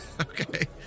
Okay